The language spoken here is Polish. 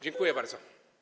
Dziękuję bardzo.